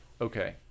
Okay